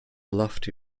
lofty